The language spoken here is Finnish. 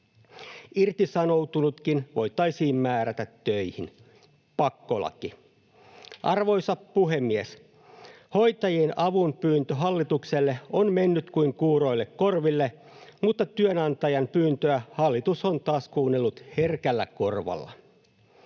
Irtisanoutunutkin voitaisiin määrätä töihin — pakkolaki. Arvoisa puhemies! Hoitajien avunpyyntö hallitukselle on mennyt kuin kuuroille korville, mutta työnantajan pyyntöä hallitus on taas kuunnellut herkällä korvalla.